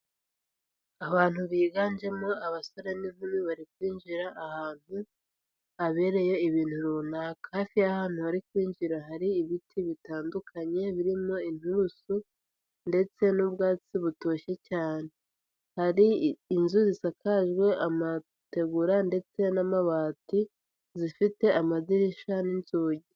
Abantu biganjemo abasore n'inkumi, bari kwinjira ahantu habereye ibintu runaka, hafi y'ahantu bari kwinjira, hari ibiti bitandukanye birimo inturusu, ndetse n'ubwatsi butoshye cyane, hari inzu zisakajwe amategura ndetse n'amabati, zifite amadirishya, n'inzugi.